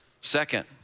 Second